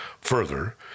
Further